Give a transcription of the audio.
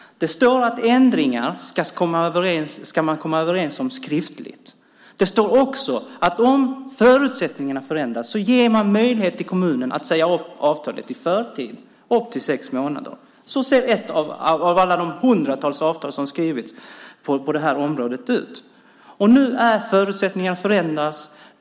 Det står att man ska komma överens om ändringar skriftligt. Det står också att man, om förutsättningarna förändras, ger möjlighet för kommunen att säga upp avtalet i förtid, upp till sex månader. Så ser ett av alla de hundratals avtal som har skrivits på det här området ut. Och nu är förutsättningarna förändrade.